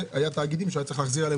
והיו תאגידים שהיה צריך להחזיר עליהם